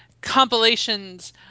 compilations